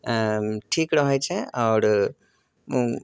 अऽ ठीक रहै छै आओर उ